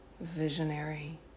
visionary